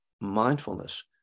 mindfulness